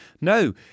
No